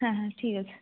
হ্যাঁ হ্যাঁ ঠিক আছে